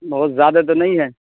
بہت زیادہ تو نہیں ہے